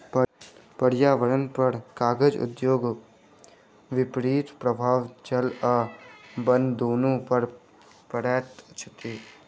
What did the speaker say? पर्यावरणपर कागज उद्योगक विपरीत प्रभाव जल आ बन दुनू पर पड़ैत अछि